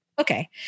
okay